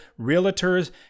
realtors